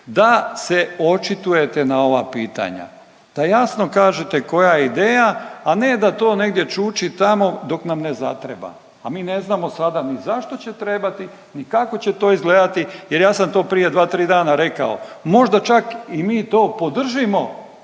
da se očitujete na ova pitanja, da jasno kažete koja je ideja a ne da to negdje čuči tamo dok nam ne zatreba, a mi ne znamo sada ni zašto će trebati, ni kako će to izgledati jer ja sam to prije dva, tri dana rekao možda čak i mi to podržimo